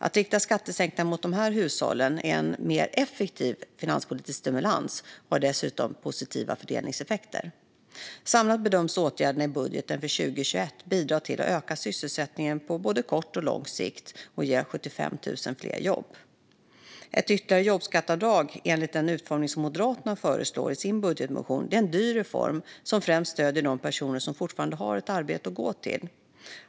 Att rikta skattesänkningarna mot dessa hushåll är en mer effektiv finanspolitisk stimulans och har dessutom positiva fördelningseffekter. Samlat bedöms åtgärderna i budgeten för 2021 bidra till att öka sysselsättningen på både kort och lång sikt och ge 75 000 fler jobb. Ett ytterligare jobbskatteavdrag enligt den utformning som Moderaterna föreslår i sin budgetmotion är en dyr reform som främst stöder de personer som fortfarande har ett arbete att gå till.